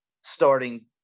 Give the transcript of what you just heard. starting